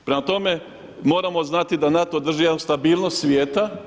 Prema tome moramo znati da NATO drži jednu stabilnost svijeta.